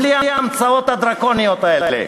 בלי ההמצאות הדרקוניות האלה.